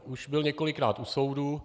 Už byl několikrát u soudu.